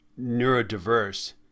neurodiverse